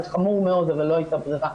זה חמור מאוד, אבל לא הייתה ברירה.